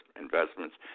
investments